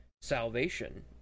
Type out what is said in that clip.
salvation